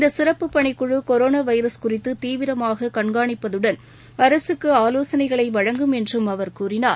இந்த சிறப்பு பணிக்குழு கொரோன வைரஸ் குறித்து தீவிரமாக கண்காணிப்பதுடன் அரசுக்கு ஆலோசனைகளை வழங்கும் என்று அவர் கூறினார்